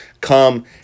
come